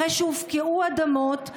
זה אחרי שהופקעו אדמות,